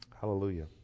hallelujah